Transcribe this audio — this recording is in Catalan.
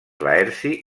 laerci